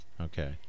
Okay